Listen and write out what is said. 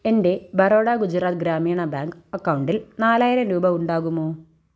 എൻ്റെ ബറോഡ ഗുജറാത്ത് ഗ്രാമീണ ബാങ്ക് അക്കൗണ്ടിൽ നാലായിരം രൂപ ഉണ്ടാകുമോ